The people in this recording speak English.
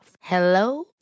Hello